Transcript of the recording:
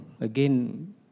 again